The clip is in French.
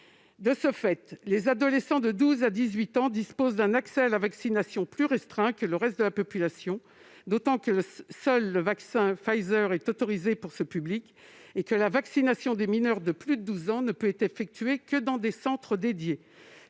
De ce fait, les adolescents de 12 à 18 ans disposent d'un accès à la vaccination plus restreint que le reste de la population, d'autant que seul le vaccin Pfizer est autorisé dans cette tranche d'âge et que la vaccination des mineurs de plus de 12 ans ne peut intervenir que dans des centres